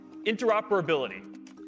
Interoperability